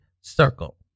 circle